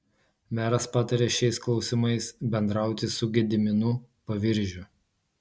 meras patarė šiais klausimais bendrauti su gediminu paviržiu